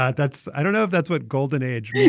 ah that's i don't know if that's what golden age yeah